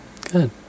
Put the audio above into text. Good